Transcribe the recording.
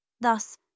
Thus